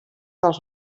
dels